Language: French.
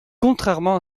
contrairement